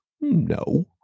No